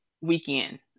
weekend